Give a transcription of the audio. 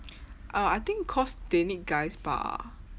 uh I think cause they need guys bah